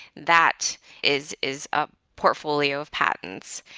that is is a portfolio of patents.